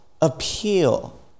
appeal